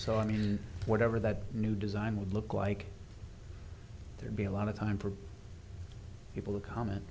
so i mean whatever the new design would look like there be a lot of time for people to comment